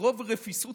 מרוב רפיסות